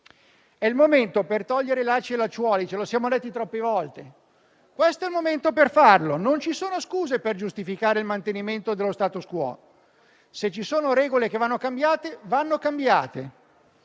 È il momento per togliere lacci e lacciuoli e ce lo siamo detti troppe volte: questo è il momento per farlo, non ci sono scuse per giustificare il mantenimento dello *status quo*. Se ci sono regole che devono essere cambiate,